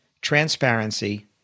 transparency